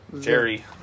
Jerry